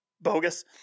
bogus